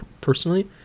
personally